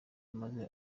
maze